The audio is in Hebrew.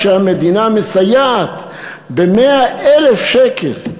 כשהמדינה מסייעת ב-100,000 שקל.